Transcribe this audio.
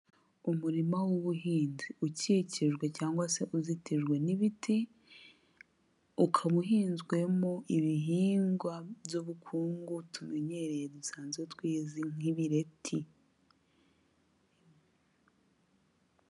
Umurima w'ubuhinzi ukikijwe cyangwa se uzitijwe n'ibiti, ukaba uhinzwemo ibihingwa by'ubukungu tumenyereye dusanzwe tweza nk'ibireti.